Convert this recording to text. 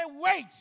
Wait